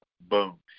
boom